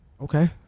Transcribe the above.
Okay